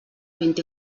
vint